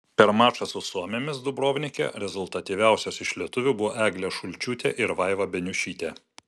per mačą su suomėmis dubrovnike rezultatyviausios iš lietuvių buvo eglė šulčiūtė ir vaiva beniušytė